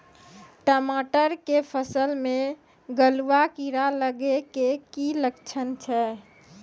टमाटर के फसल मे गलुआ कीड़ा लगे के की लक्छण छै